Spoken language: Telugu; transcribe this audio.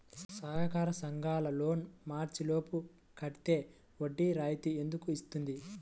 సహకార సంఘాల లోన్ మార్చి లోపు కట్టితే వడ్డీ రాయితీ ఎందుకు ఇస్తుంది?